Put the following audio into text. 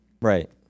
Right